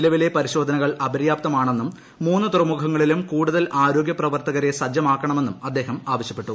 നിലവിലെ പരിശോധനകൾ അപര്യാപ്തമാണെന്നും മൂന്ന് തുറമുഖങ്ങളിലും കൂടുതൽ ആരോഗ്യ പ്രവർത്തകരെ സജ്ജമാക്കണമെന്നും അദ്ദേഹം ആവശ്യപെട്ടു